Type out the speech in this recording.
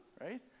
right